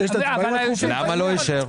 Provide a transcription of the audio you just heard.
למה לא אישר?